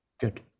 Good